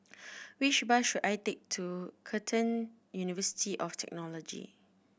which bus should I take to Curtin University of Technology